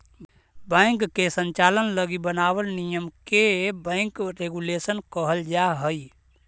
bank के संचालन लगी बनावल नियम के बैंक रेगुलेशन कहल जा हइ